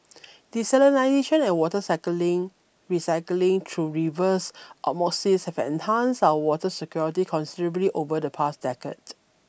desalination and water cycling recycling through reverse osmosis have enhanced our water security considerably over the past decade